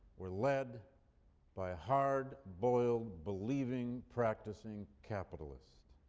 were led by hard-boiled, believing, practicing, capitalists.